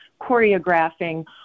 choreographing